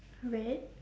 red